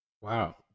Wow